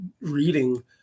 reading